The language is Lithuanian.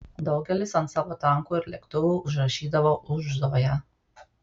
daugelis ant savo tankų ir lėktuvų užrašydavo už zoją